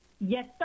Yes